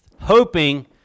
hoping